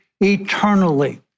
eternally